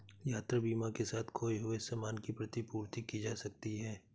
यात्रा बीमा के साथ खोए हुए सामान की प्रतिपूर्ति की जा सकती है